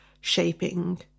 shaping